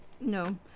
no